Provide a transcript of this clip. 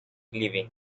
leaving